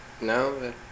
No